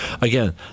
again